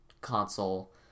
console